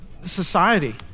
society